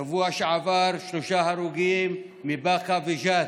בשבוע שעבר, שלושה הרוגים מבאקה וג'ת.